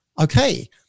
Okay